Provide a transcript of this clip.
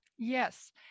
Yes